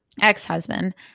ex-husband